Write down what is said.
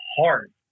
hard